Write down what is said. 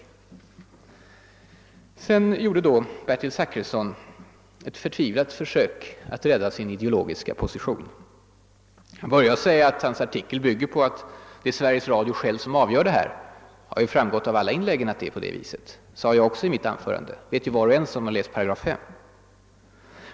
Bertil Zachrisson gjorde ett förtvivlat försök att rädda sin ideologiska position. Jag vill då säga att av hans artikel i Expressen framgår, att det är Svetiges Radio själv som avgör detta. Det har också framgått av samtliga inlägg i dag att det är så. Det sade jag också i mitt anförande. Det vet var och en som har läst 5 §.